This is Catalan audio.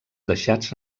deixats